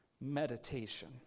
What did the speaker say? meditation